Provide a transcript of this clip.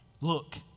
Look